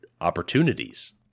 opportunities